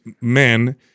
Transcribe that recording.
men